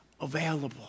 available